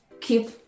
keep